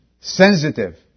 sensitive